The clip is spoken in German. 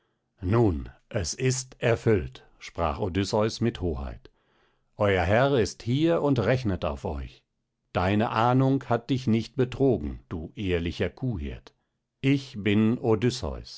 nun es ist erfüllt sprach odysseus mit hoheit euer herr ist hier und rechnet auf euch deine ahnung hat dich nicht betrogen du ehrlicher kuhhirt ich bin